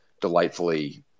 delightfully